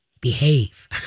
behave